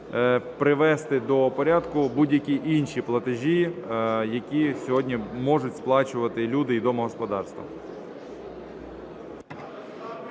привести до порядку будь-які інші платежі, які сьогодні можуть сплачувати люди і домогосподарства.